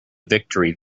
victory